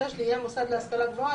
(6)לעניין מוסד להשכלה גבוהה,